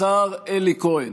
השר אלי כהן.